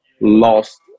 lost